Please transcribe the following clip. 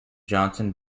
johnson